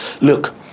look